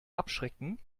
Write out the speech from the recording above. abschrecken